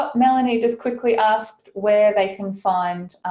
ah melanie just quickly asked where they can find